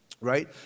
Right